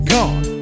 Gone